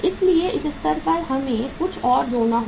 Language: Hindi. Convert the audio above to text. लेकिन इस स्तर पर हमें कुछ और जोड़ना होगा